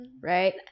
right